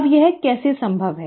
अब यह कैसे संभव है